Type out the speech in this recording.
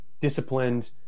Disciplined